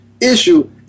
issue